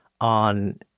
on